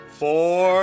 four